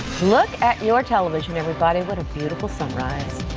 look at your television everybody what a beautiful sunrise.